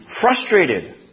frustrated